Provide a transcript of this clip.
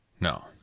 No